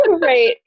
Right